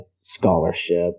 scholarship